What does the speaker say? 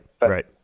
Right